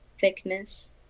thickness